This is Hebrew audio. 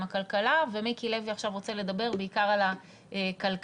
הכלכלה ומיקי לוי רוצה עכשיו לדבר בעיקר על הכלכלה,